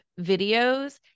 videos